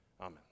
Amen